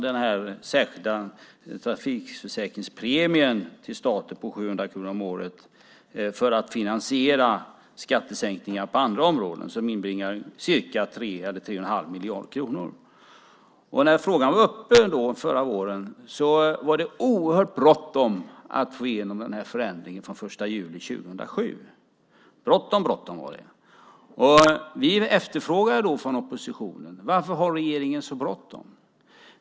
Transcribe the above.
Den särskilda trafikförsäkringspremien till staten på 700 kronor om året skulle finansiera skattesänkningar på andra områden och inbringa ca 3 eller 3 1⁄2 miljard kronor. När frågan var uppe förra våren var det oerhört bråttom med att få igenom förändringen från den 1 juli 2007. Bråttom, bråttom var det! Vi frågade från oppositionens sida varför regeringen hade så bråttom.